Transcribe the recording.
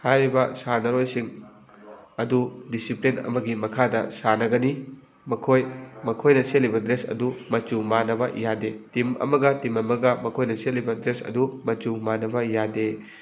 ꯍꯥꯏꯔꯤꯕ ꯁꯥꯟꯅꯔꯣꯏꯁꯤꯡ ꯑꯗꯨ ꯗꯤꯁꯤꯄ꯭ꯂꯤꯟ ꯑꯃꯒꯤ ꯃꯈꯥꯗ ꯁꯥꯟꯅꯒꯅꯤ ꯃꯈꯣꯏ ꯃꯈꯣꯏꯅ ꯁꯦꯠꯂꯤꯕ ꯗ꯭ꯔꯦꯁ ꯑꯗꯨ ꯃꯆꯨ ꯃꯥꯟꯅꯕ ꯌꯥꯗꯦ ꯇꯤꯝ ꯑꯃꯒ ꯇꯤꯝ ꯑꯃꯒ ꯃꯈꯣꯏꯅ ꯁꯦꯠꯂꯤꯕ ꯗ꯭ꯔꯦꯁ ꯑꯗꯨ ꯃꯆꯨ ꯃꯥꯟꯅꯕ ꯌꯥꯗꯦ